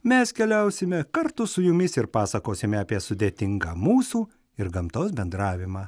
mes keliausime kartu su jumis ir pasakosime apie sudėtingą mūsų ir gamtos bendravimą